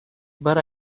but